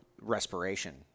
respiration